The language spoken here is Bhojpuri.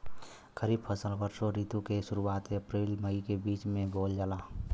खरीफ फसल वषोॅ ऋतु के शुरुआत, अपृल मई के बीच में बोवल जाला